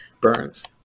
Burns